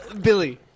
Billy